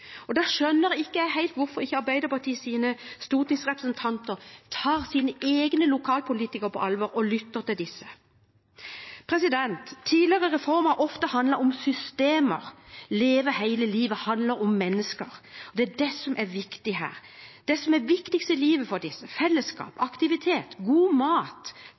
egne lokalpolitikere på alvor og lytter til disse. Tidligere reformer har ofte handlet om systemer. Leve hele livet handler om mennesker. Det er det som er viktig her, det som er viktigst i livet for disse – fellesskap, aktivitet, god mat,